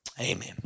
Amen